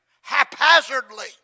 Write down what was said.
haphazardly